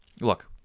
Look